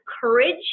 courage